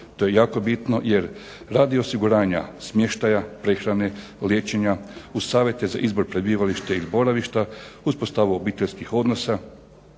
To je jako bitno, jer radi osiguranja smještaja, prehrane, liječenja, uz savjete za izbor prebivališta i boravišta, uspostavu obiteljskih odnosa,